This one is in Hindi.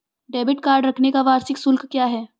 डेबिट कार्ड रखने का वार्षिक शुल्क क्या है?